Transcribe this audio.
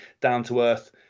down-to-earth